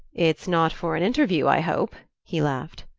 it's not for an interview, i hope? he laughed.